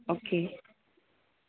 okay